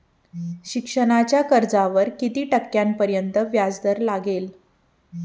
शिक्षणाच्या कर्जावर किती टक्क्यांपर्यंत व्याजदर लागेल?